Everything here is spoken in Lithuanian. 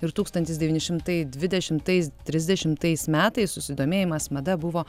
ir tūkstantis devyni šimtai dvidešimtais trisdešimtais metais susidomėjimas mada buvo